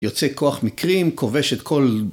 יוצא כוח מקרים, כובש את כל...